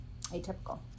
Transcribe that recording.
Atypical